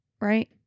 right